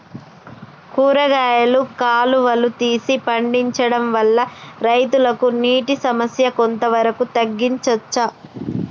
కూరగాయలు కాలువలు తీసి పండించడం వల్ల రైతులకు నీటి సమస్య కొంత వరకు తగ్గించచ్చా?